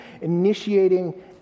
initiating